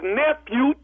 nephew